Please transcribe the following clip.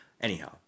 Anyhow